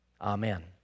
Amen